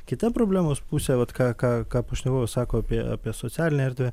kita problemos pusė vat ką ką ką pašnekovas sako apie apie socialinę erdvę